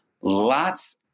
lots